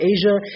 Asia